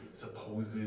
supposed